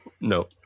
No